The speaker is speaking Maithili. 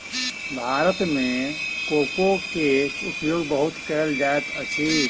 भारत मे कोको के उपयोग बहुत कयल जाइत अछि